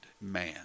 man